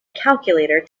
calculator